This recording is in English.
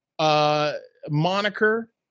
Moniker